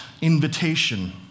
invitation